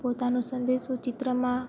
પોતાનો સંદેશો ચિત્રમાં